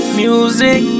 music